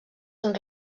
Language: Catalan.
són